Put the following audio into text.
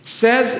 says